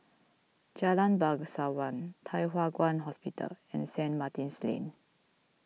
Jalan Bangsawan Thye Hua Kwan Hospital and Saint Martin's Lane